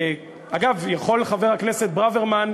אגב, חבר הכנסת ברוורמן,